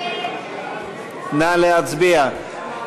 נא להצביע.